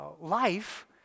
life